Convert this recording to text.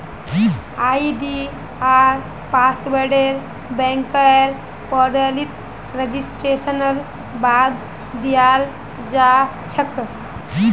आई.डी.आर पासवर्डके बैंकेर पोर्टलत रेजिस्ट्रेशनेर बाद दयाल जा छेक